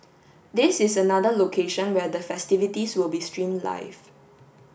this is another location where the festivities will be stream live